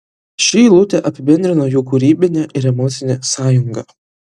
ši eilutė apibendrino jų kūrybinę ir emocinę sąjungą